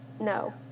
No